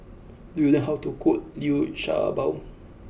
do you know how to cook Liu Sha Bao